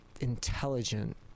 intelligent